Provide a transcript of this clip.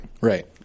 right